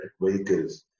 vehicles